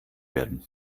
werden